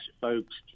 folks